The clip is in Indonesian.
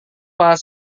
pak